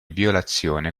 violazione